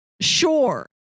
Sure